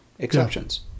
Exceptions